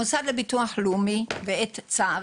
המוסד לביטוח לאומי גם בדיון הקודם אמרתי את זה